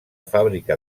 fàbrica